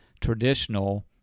traditional